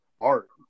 art